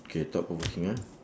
K thought-provoking ah